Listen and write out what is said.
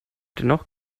dennoch